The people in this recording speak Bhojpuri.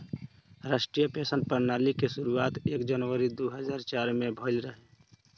राष्ट्रीय पेंशन प्रणाली के शुरुआत एक जनवरी दू हज़ार चार में भईल रहे